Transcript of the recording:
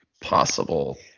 possible